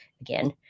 again